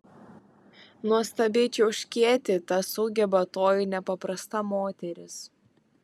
nuostabiai čiauškėti tą sugeba toji nepaprasta moteris